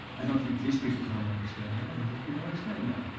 i don't think these people don't understand that. i think these people understand that.